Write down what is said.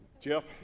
Jeff